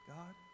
God